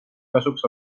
kasuks